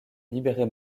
libérer